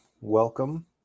welcome